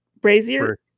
brazier